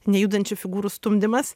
nejudančių figūrų stumdymas